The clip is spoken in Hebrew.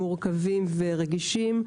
מורכבים ורגישים.